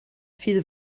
viel